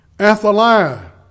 Athaliah